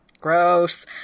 Gross